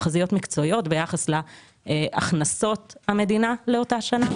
תחזיות מקצועיות ביחס להכנסות המדינה לאותה שנה